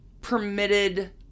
permitted